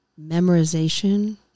memorization